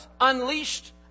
unleashed